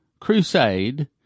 crusade